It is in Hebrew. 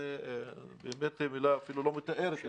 זו באמת מילה שאפילו לא מתארת את זה.